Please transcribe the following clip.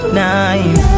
nine